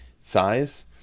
size